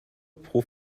pro